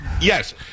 Yes